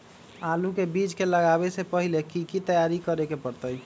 आलू के बीज के लगाबे से पहिले की की तैयारी करे के परतई?